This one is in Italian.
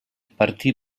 partì